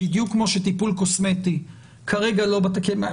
בדיוק כמו שטיפול קוסמטי כרגע לא בתקנות,